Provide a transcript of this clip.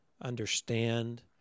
understand